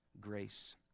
grace